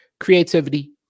Creativity